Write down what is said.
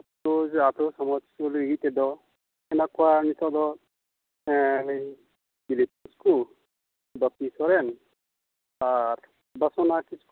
ᱟᱹᱛᱩ ᱥᱚᱢᱟᱡᱽ ᱥᱩᱥᱟᱹᱨ ᱞᱟᱹᱜᱤᱫ ᱛᱮᱫᱚ ᱢᱮᱱᱟᱜ ᱠᱚᱣᱟ ᱱᱤᱛᱚᱜ ᱫᱚ ᱫᱤᱞᱤᱯ ᱠᱤᱥᱠᱩ ᱵᱟᱯᱤ ᱥᱚᱨᱮᱱ ᱟᱨ ᱵᱟᱥᱩᱱᱟᱛᱷ ᱠᱤᱥᱠᱩ